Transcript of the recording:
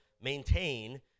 maintain